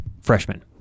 freshman